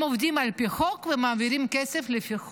הם עובדים על פי חוק ומעבירים כסף לפי חוק.